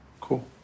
cool